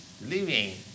living